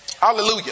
Hallelujah